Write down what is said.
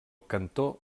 cantó